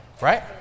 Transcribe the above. Right